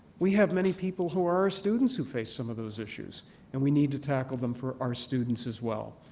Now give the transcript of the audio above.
we have many people who are our students who face some of those issues and we need to tackle them for our students as well.